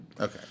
Okay